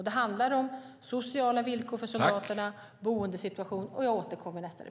Det handlar om sociala villkor för soldaterna, om boendesituation och så vidare.